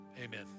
amen